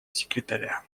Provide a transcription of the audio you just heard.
секретаря